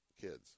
kids